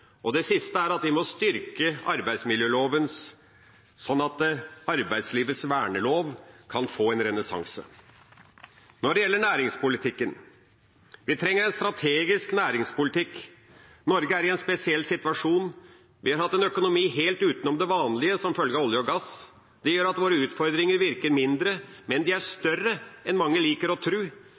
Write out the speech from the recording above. vi styrke arbeidsmiljøloven slik at arbeidslivets vernelov kan få en renessanse. Når det gjelder næringspolitikken, trenger vi en strategisk næringspolitikk. Norge er i en spesiell situasjon. Vi har hatt en økonomi helt utenom det vanlige som følge av olje og gass. Det gjør at våre utfordringer virker mindre, men de er større enn mange liker å